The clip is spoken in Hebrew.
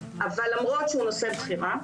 למרות שהוא נושא בחירה,